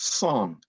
song